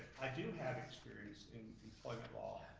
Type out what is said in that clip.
i do have experience in employment law,